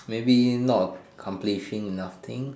maybe not accomplishing enough thing